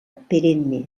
perenne